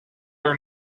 are